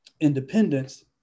independence